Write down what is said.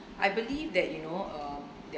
I believe that you know uh